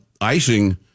icing